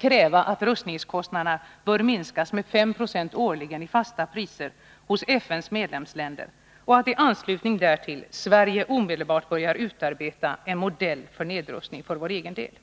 kräva att rustningskostnaderna minskas med 5 4 årligen i fasta priser hos FN:s medlemsländer och att i anslutning därtill Sverige omedelbart börjar utarbeta en modell för nedrustning för vår egen del.